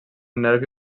nervi